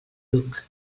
bruc